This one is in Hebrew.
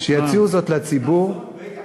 חסון ויקר.